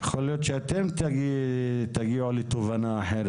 ויכול להיות שאתם תגיעו לתובנה אחרת.